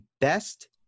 best